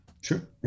sure